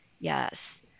Yes